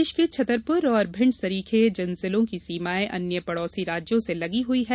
प्रदेश के छतरपुर और भिंड सरीखे जिन जिलों की सीमाएं अन्य पडोसी राज्यों से लगी हुई है